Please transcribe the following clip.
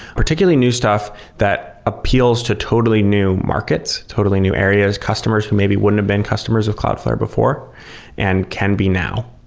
particularly new stuff that appeals to totally new markets, totally new areas, customers who maybe wouldn't have been customers of cloudflare before and can be now,